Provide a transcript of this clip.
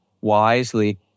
wisely